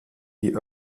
die